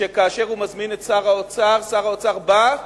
שכאשר הוא מזמין את שר האוצר, שר האוצר בא,